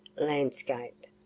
Landscape